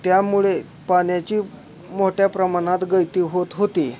त्यामुळे पाण्याची मोठ्या प्रमाणात गळती होत होती